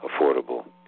affordable